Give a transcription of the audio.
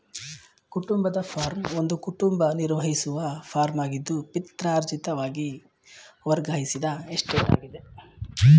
ಕುಟುಂಬದ ಫಾರ್ಮ್ ಒಂದು ಕುಟುಂಬ ನಿರ್ವಹಿಸುವ ಫಾರ್ಮಾಗಿದ್ದು ಪಿತ್ರಾರ್ಜಿತವಾಗಿ ವರ್ಗಾಯಿಸಿದ ಎಸ್ಟೇಟಾಗಿದೆ